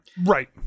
Right